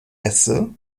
esse